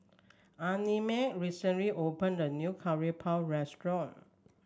Annamae recently opened a new Curry Puff restaurant